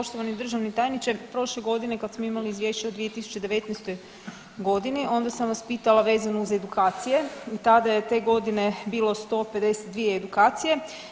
Poštovani državni tajniče, prošle godine kad smo imali izvješće o 2019. godini onda sam vas pitala vezano uz edukacije i tada je te godine bilo 152 edukacije.